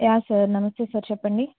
yeah sir నమస్తే sir చెప్పండి